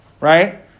Right